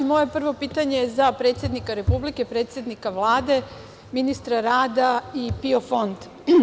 Moje prvo pitanje je za predsednika Republike, predsednika Vlade, ministra rada i PIO fond.